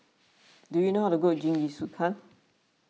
do you know how to cook Jingisukan